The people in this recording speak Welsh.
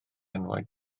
enwau